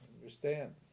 Understand